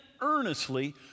earnestly